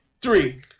Three